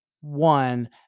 one